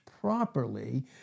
properly